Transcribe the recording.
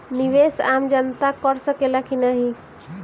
निवेस आम जनता कर सकेला की नाहीं?